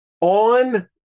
on